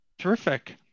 Terrific